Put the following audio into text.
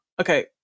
okay